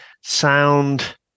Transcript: sound